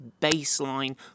baseline